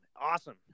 Awesome